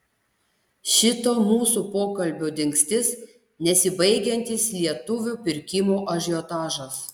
šito mūsų pokalbio dingstis nesibaigiantis lietuvių pirkimo ažiotažas